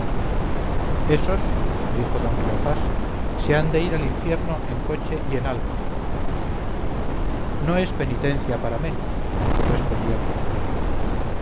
dél esos dijo don cleofás se han de ir al infierno en coche y en alma no es penitencia para menos respondió el cojuelo